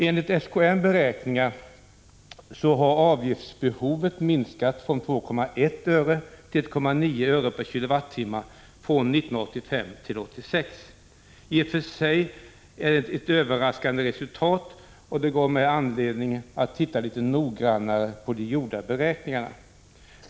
Enligt SKN:s beräkningar har avgiftsbehovet minskat från 2,1 öre till 1,9 öre/kWh från 1985 till 1986. Det är i och för sig ett överraskande resultat, som gav mig anledning att titta litet noggrannare på de gjorda beräkningarna.